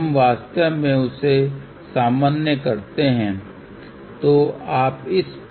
हम वास्तव में उसे सामान्य करते हैं